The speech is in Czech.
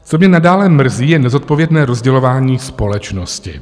Co mě nadále mrzí, je nezodpovědné rozdělování společnosti.